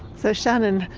so shannon,